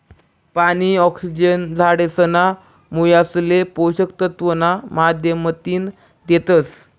पानी, ऑक्सिजन झाडेसना मुयासले पोषक तत्व ना माध्यमतीन देतस